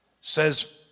says